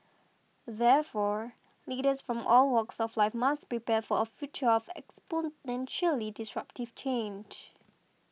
therefore leaders from all walks of life must prepare for a future of exponentially disruptive change